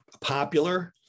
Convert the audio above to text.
popular